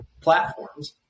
platforms